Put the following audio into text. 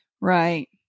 Right